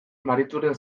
maritxuren